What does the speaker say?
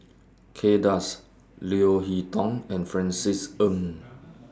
Kay Das Leo Hee Tong and Francis Ng